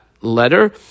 letter